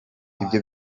ibyo